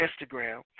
Instagram